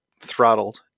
throttled